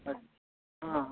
अच हाँ हाँ